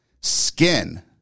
skin